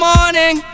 morning